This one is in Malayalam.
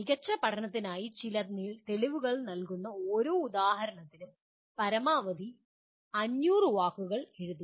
മികച്ച പഠനത്തിന് ചില തെളിവുകൾ നൽകുന്ന ഓരോ ഉദാഹരണത്തിനും പരമാവധി 500 വാക്കുകൾ എഴുതുക